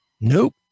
Nope